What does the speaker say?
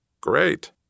Great